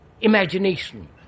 imagination